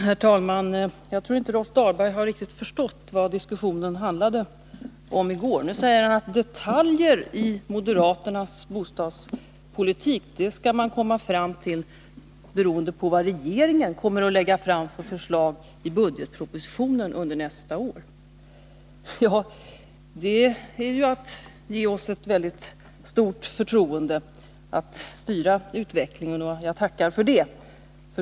Herr talman! Jag tror inte att Rolf Dahlberg riktigt har förstått vad diskussionen i går handlade om. Nu säger han: Detaljerna i moderaternas bostadspolitik skall man komma fram till beroende på vad regeringen kommer att lägga fram för förslag i budgetpropositionen nästa år. Det är ju att ge oss ett väldigt stort förtroende när det gäller att styra utvecklingen, och jag tackar för det.